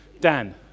Dan